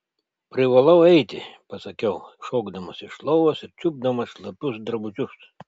privalau eiti pasakiau šokdamas iš lovos ir čiupdamas šlapius drabužius